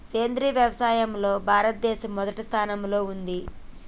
సేంద్రియ వ్యవసాయంలో భారతదేశం మొదటి స్థానంలో ఉంది